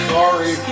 Sorry